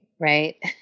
right